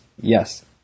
Yes